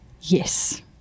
Yes